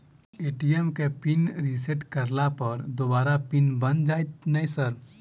ATM केँ pin reset करला पर दोबारा पिन बन जाइत नै सर?